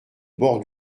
bord